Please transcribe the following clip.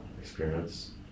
experience